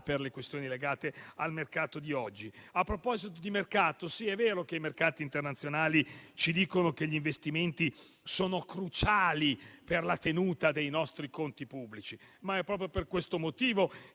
per questioni legate al mercato di oggi. A proposito di mercato, sì, è vero che i mercati internazionali ci dicono che gli investimenti sono cruciali per la tenuta dei nostri conti pubblici, ma è proprio per questo motivo